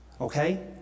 okay